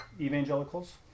evangelicals